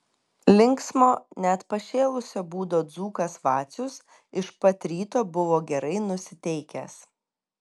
linksmo net pašėlusio būdo dzūkas vacius iš pat ryto buvo gerai nusiteikęs